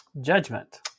judgment